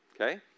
okay